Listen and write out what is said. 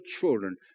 children